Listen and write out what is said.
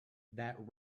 that